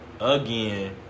Again